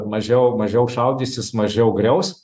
mažiau mažiau šaudysis mažiau griaus